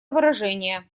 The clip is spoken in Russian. выражения